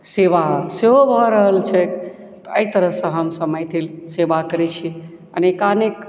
सेवा सेहो भऽ रहल छैक तऽ एहि तरहसँ हमसभ मैथिल सेवा करैत छी अनेकानेक